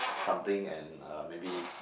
something and uh maybe